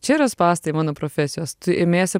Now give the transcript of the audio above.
čia yra spąstai mano profesijos tu imiesi